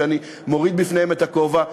שאני מוריד לפניהם את הכובע.